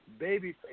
Babyface